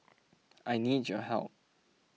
I need your help